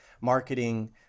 marketing